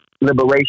liberation